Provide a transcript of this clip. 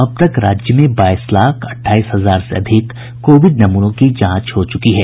अब तक राज्य में बाईस लाख अट्ठाईस हजार से अधिक कोविड नमूनों की जांच हो चुकी है